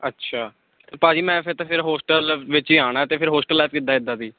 ਅੱਛਾ ਅਤੇ ਭਾਅ ਜੀ ਮੈਂ ਫਿਰ ਤਾਂ ਫਿਰ ਹੋਸਟਲ ਵਿੱਚ ਹੀ ਆਉਣਾ ਅਤੇ ਫਿਰ ਹੋਸਟਲ ਲਾਈਫ ਕਿੱਦਾਂ ਇੱਦਾਂ ਦੀ